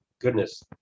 goodness